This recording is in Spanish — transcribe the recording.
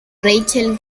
rachel